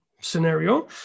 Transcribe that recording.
scenario